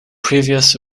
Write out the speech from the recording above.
previous